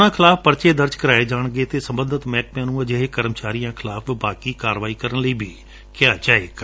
ਉਨ੍ਹਾਂ ਖਿਲਾਫ਼ ਪਰਚੇ ਦਰਜ ਕਰਵਾਏ ਜਾਣਗੇ ਅਤੇ ਸਬੰਧਤ ਮਹਿਕਮਿਆਂ ਨੂੰ ਅਜਿਹੇ ਕਰਮਚਾਰੀਆਂ ਖਿਲਾਫ਼ ਵਿੱਭਾਗੀ ਕਾਰਵਾਈ ਕਰਨ ਲਈ ਵੀ ਕਿਹਾ ਜਾਵੇਗਾ